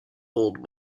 old